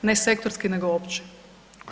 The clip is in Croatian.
Ne sektorski, nego opći.